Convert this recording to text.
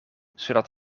zodat